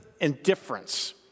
indifference